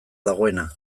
dagoena